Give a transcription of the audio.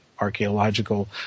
archaeological